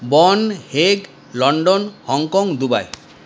বন Hague London Hong Kong Dubai